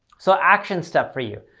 so, action step for you.